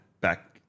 back